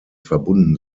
verbunden